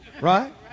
Right